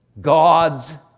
God's